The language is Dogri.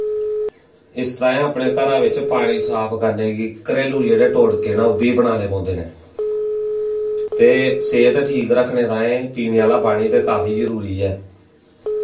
इस ताहीं अपने घरा बिच्च पानी साफ करने गी घरेलू जेह्ड़े टोटके न ओह्बी बनानै पौंदे न ते सेह्त ठीक रक्खने ताहीं पीने ओह्ला पानी ते काफी जरूरी ऐ